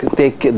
take